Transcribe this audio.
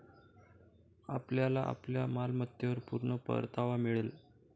आपल्याला आपल्या मालमत्तेवर पूर्ण परतावा मिळेल